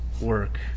work